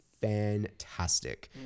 fantastic